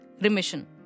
remission